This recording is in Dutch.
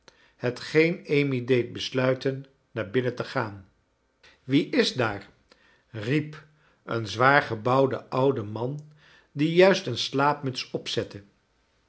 hetgeen amy deed besluiten naar binnen te gaan wie is daar riep een zwaargebouwde oude man die juist een slaapmuts opzette